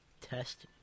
test